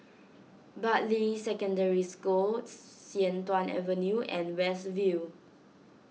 Bartley Secondary School Sian Tuan Avenue and West View